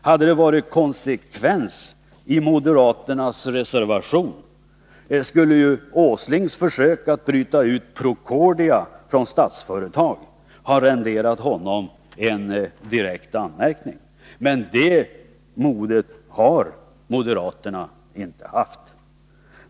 Hade det varit konsekvens i moderaternas reservation skulle Nils G. Åslings försök att bryta ut Procordia från Statsföretag ha renderat honom en direkt anmärkning. Men det modet har moderaterna inte haft.